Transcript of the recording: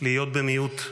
להיות במיעוט,